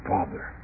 father